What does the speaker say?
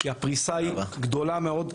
כי הפריסה היא גדולה מאוד,